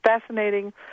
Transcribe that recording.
fascinating